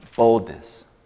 Boldness